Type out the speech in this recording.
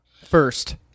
First